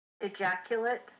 ejaculate